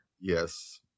Yes